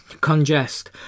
congest